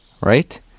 right